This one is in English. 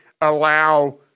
allow